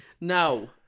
no